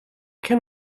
can